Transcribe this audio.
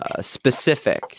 specific